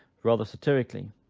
rather satirically,